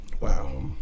Wow